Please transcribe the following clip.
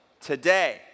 today